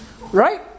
Right